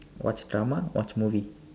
watch drama watch movie